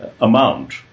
amount